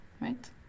right